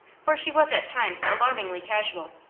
for she was at times alarmingly casual.